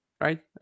right